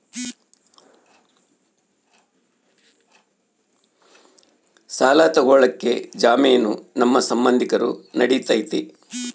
ಸಾಲ ತೊಗೋಳಕ್ಕೆ ಜಾಮೇನು ನಮ್ಮ ಸಂಬಂಧಿಕರು ನಡಿತೈತಿ?